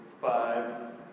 five